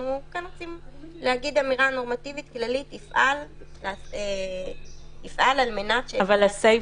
אנחנו רוצים להגיד אמירה נורמטיבית כללית יפעל על מנת --- (היו"ר